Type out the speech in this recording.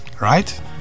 right